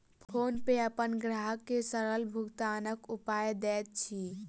PhonePe अपन ग्राहक के सरल भुगतानक उपाय दैत अछि